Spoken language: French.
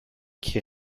qui